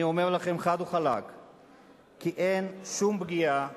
אני אומר לכם חד וחלק כי אין שום פגיעה